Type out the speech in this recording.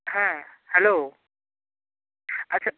হ্যাঁ হ্যালো আচ্ছা